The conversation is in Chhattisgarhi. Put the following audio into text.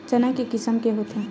चना के किसम के होथे?